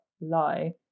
lie